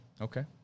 Okay